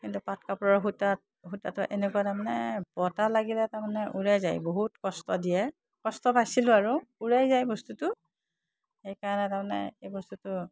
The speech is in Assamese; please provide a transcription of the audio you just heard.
কিন্তু পাট কাপোৰৰ সূতাত সূতাটো এনেকুৱা তাৰমানে বতাহ লাগিলে তাৰমানে উৰাই যায় বহুত কষ্ট দিয়ে কষ্ট পাইছিলোঁ আৰু উৰাই যায় বস্তুটো সেইকাৰণে তাৰমানে এই বস্তুটো